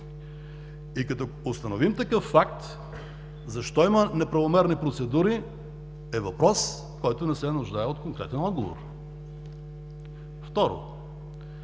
Като установим такъв факт защо има неправомерни процедури, е въпрос, който не се нуждае от конкретен отговор. Второ,